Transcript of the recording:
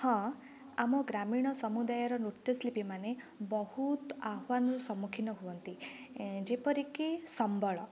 ହଁ ଆମ ଗ୍ରାମୀଣ ସମୁଦାୟର ନୃତ୍ୟ ଶିଳ୍ପୀମାନେ ବହୁତ ଆହ୍ୱାନର ସମ୍ମୁଖୀନ ହୁଅନ୍ତି ଯେପରିକି ସମ୍ବଳ